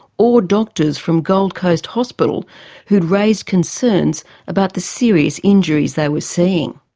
or doctors from gold coast hospital who'd raised concerns about the serious injuries they were seeing.